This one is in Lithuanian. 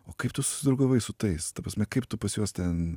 o kaip tu susidraugavai su tais ta prasme kaip tu pas juos ten